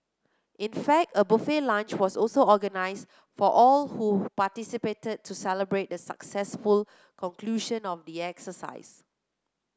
in fact a buffet lunch was also organised for all who participated to celebrate the successful conclusion of the exercise